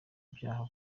ibyaha